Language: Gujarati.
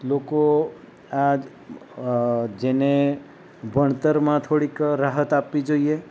લોકો આજ જેને ભણતરમાં થોળીક રાહત આપવી જોઈએ